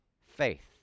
faith